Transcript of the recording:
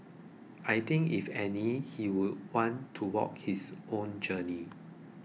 I think if any he would want to walk his own journey